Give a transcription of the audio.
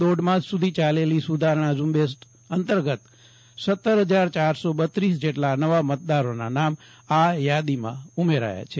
દોઢ માસ સુધી ચાલેલી સુધારણા ઝુંબેશ અંતર્ગત સતર હજાર યારસો બત્રીસ જેટલા નવા મતદારોના નામ આ યાદીમાં ઉમેરાયા છે